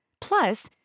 Plus